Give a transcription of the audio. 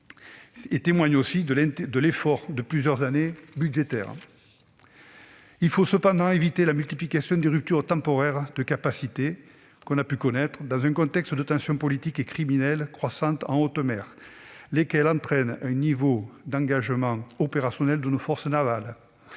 et témoignent de l'effort budgétaire de plusieurs années. Il faut cependant éviter la multiplication des ruptures temporaires de capacité qu'on a pu connaître, dans un contexte de tensions politiques et criminelles croissantes en haute mer, lesquelles entraînent un haut niveau d'engagement opérationnel de nos forces navales.